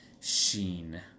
sheen